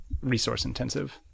resource-intensive